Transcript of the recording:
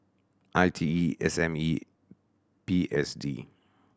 I T E S M E P S D